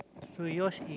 so yours is